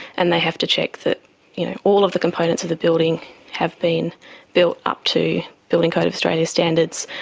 and they have to check that you know all of the components of the building have been built up to building code of australia's standards,